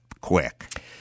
quick